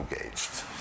engaged